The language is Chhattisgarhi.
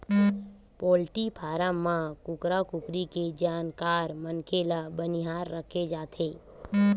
पोल्टी फारम म कुकरा कुकरी के जानकार मनखे ल बनिहार राखे जाथे